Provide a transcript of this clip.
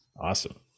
Awesome